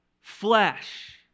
flesh